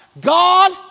God